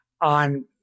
on